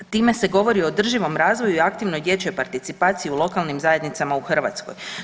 Time se govori o održivom razvoju i aktivnoj dječjoj participaciji u lokalnim zajednicama u Hrvatskoj.